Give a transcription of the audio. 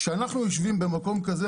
כשאנחנו יושבים במקום כזה,